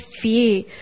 fear